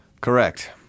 Correct